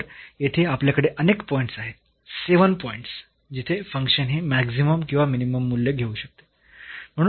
तर येथे आपल्याकडे अनेक पॉईंट्स आहेत 7 पॉईंट्स जिथे फंक्शन हे मॅक्सिमम किंवा मिनिमम मूल्य घेऊ शकते